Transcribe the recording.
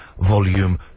volume